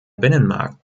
binnenmarkt